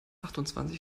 achtundzwanzig